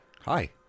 Hi